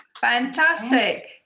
fantastic